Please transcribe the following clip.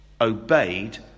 obeyed